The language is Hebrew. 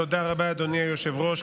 תודה רבה, אדוני היושב-ראש.